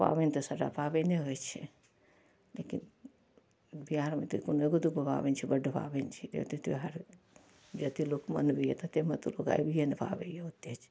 पाबनि तऽ सबटा पाबिने होइ छै लेकिन बिहारमे तऽ कोनो एगो दूगो पाबनि छै बड्ड पाबनि छै एतेक त्यौहार जतेक लोक मनबैए ततेमे तऽ उबरिए नहि पाबैया ओतेक